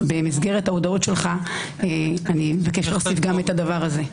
במסגרת ההודעות שלך אבקש גם את הדבר הזה.